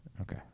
Okay